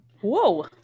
Whoa